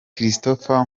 christopher